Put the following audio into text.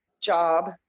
job